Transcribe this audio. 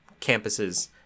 campuses